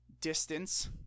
distance